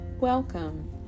Welcome